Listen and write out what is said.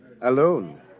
alone